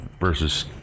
versus